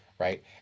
Right